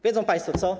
Wiedzą państwo, co?